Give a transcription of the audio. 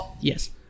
Yes